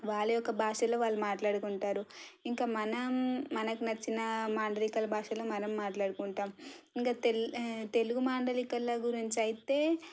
వాళ్ళ యొక్క భాషలో వాళ్ళు మాట్లాడుకుంటారు ఇంకా మనం మనకు నచ్చిన మాండలికల భాషలో మనం మాట్లాడుకుంటాము ఇంకా తెలుగు మాండలికల గురించి అయితే